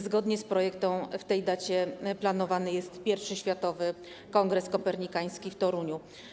Zgodnie z projektem w tym dniu planowany jest pierwszy światowy kongres kopernikański w Toruniu.